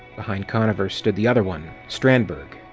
behind conover stood the other one, strandberg.